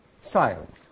silent